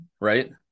right